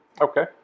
Okay